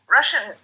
Russian